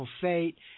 Fate